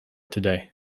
today